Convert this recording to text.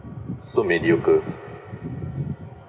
so mediocre